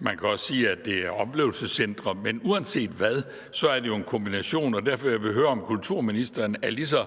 Man kan også sige, at det er oplevelsescentre, men uanset hvad, er det jo en kombination, og det er derfor, jeg vil høre, om kulturministeren er ligeså